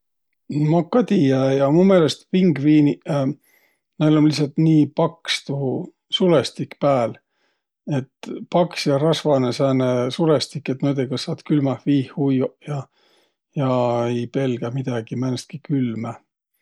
No maq ka tiiä-äi, a u meelest pingviiniq, näil um lihtsält nii paks tuu sulõstik pääl. Et paks ja rasvanõ sääne sulõstik, et noidõga saat külmäh viih ujjoq ja, ja ei pelgäq midägi, määnestki külmä.